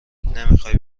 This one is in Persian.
نمیخوای